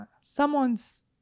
Someone's